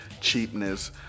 cheapness